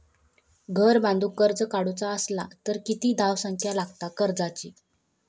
घर बांधूक कर्ज काढूचा असला तर किती धावसंख्या लागता कर्जाची?